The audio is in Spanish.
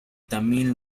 tamil